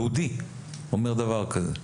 יהודי אומר דבר כזה.